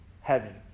heaven